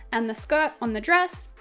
and the skirt on the dress,